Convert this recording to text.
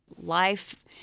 life